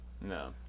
No